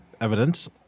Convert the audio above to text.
evidence